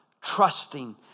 trusting